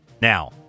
Now